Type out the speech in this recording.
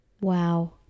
Wow